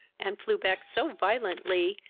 and flew back so violently,